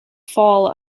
fall